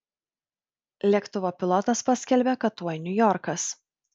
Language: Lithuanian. lėktuvo pilotas paskelbia kad tuoj niujorkas